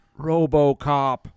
Robocop